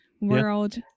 world